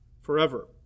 forever